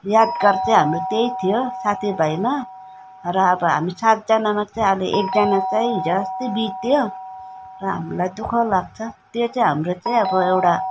यादगार चाहिँ हाम्रो त्यही थियो साथीभाइमा र अब हामी सातजनामा चाहिँ अहिले एकजना चाहिँ हिजोअस्ति बित्यो र हामीलाई दुःख लाग्छ त्यो चाहिँ हाम्रो चाहिँ अब एउटा